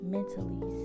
Mentally